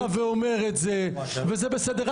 אתה אמרת ואומר את זה, וזה בסדר.